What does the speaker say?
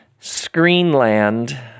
Screenland